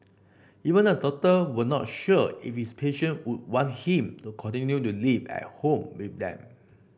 even the doctor were not sure if his passion would want him to continue to live at home with them